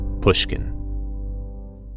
pushkin